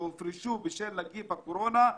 שהופרשו בגין נגיף הקורונה,